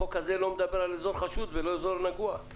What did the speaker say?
החוק הזה לא מדבר על אזור חשוד ולא אזור נגוע.